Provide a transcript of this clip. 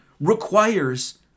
requires